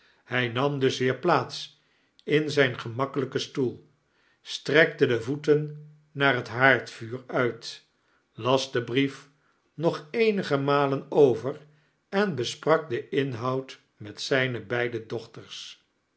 hij nam dus weer plaats in zijn gemakkelijken stoel staekte de voetem oaar het haardvuur uit las den brief nog eenige malem oyer en besprak den infaoud met zijne beide dochters